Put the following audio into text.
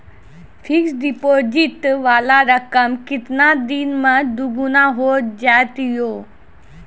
Fixed deposit वाला रकम केतना दिन मे दुगूना हो जाएत यो?